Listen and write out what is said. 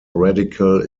radical